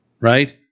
right